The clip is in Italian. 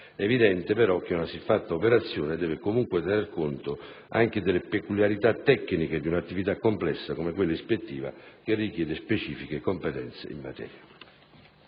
evidente però che una siffatta operazione deve comunque tener conto anche delle peculiarità tecniche di un'attività complessa come quella ispettiva, che richiede specifiche competenze in materia.